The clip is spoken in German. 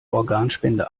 organspende